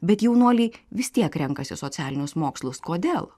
bet jaunuoliai vis tiek renkasi socialinius mokslus kodėl